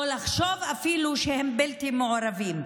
או לחשוב אפילו שהם בלתי מעורבים.